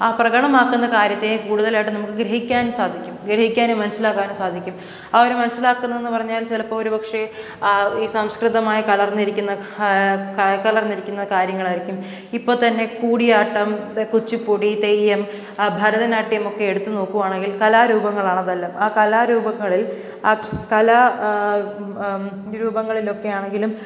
ആ പ്രകടമാക്കുന്ന കാര്യത്തെ കൂടുതലായിട്ടു നമുക്ക് ഗ്രഹിക്കാൻ സാധിക്കും ഗ്രഹിക്കാനും മനസ്സിലാക്കാനും സാധിക്കും ആ ഒരു മനസ്സിലാക്കുമെന്നും എന്നു പറഞ്ഞാൽ ചിലപ്പോൾ ഒരുപക്ഷേ ആ ഈ സംസ്കൃതമായ കലർന്നിരിക്കുന്ന ക കലർന്നിരിക്കുന്ന കാര്യങ്ങളായിരിക്കും ഇപ്പോൾ തന്നെ കൂടിയാട്ടം കുച്ചിപ്പുടി തെയ്യം ഭരതനാട്യം ഒക്കെ എടുത്തു നോക്കുകയാണെങ്കിൽ കലാരൂപങ്ങളാണ് അതെല്ലാം ആ കലാരൂപങ്ങളിൽ ആ കല രൂപങ്ങളിലൊക്കെയാണെങ്കിലും